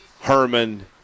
Herman